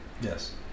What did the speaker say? Yes